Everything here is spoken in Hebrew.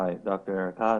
ד"ר האס.